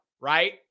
right